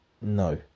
No